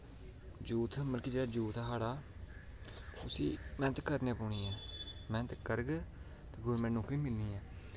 जूथ मतलव कि जेह्ड़ा जूथ ऐ साढ़ा उसी मैह्नत करनी पौनी ऐ मैह्नत करगे गौरमैंट नौकरी मिलनी ऐ